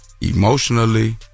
emotionally